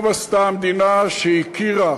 טוב עשתה המדינה שהכירה